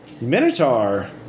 Minotaur